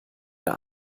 der